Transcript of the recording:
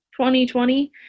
2020